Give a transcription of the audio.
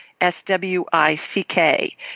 S-W-I-C-K